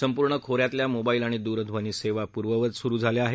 सपूर्ण खोऱ्यातल्या मोबाईल आणि द्रध्वनी सेवा पूर्ववत सुरु झाल्या आहेत